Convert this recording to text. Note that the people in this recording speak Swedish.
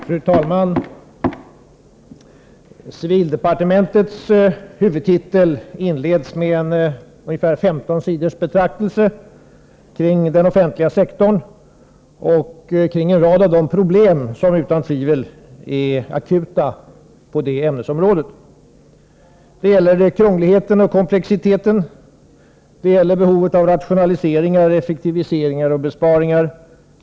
Fru talman! Civildepartementets huvudtitel inleds med en betraktelse på ungefär 15 sidor kring den offentliga sektorn och kring en rad av de problem som utan tvivel är akuta inom det ämnesområdet. Det gäller krångligheten och komplexiteten. Det gäller behovet av rationaliseringar, effektiviseringar och besparingar.